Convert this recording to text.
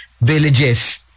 villages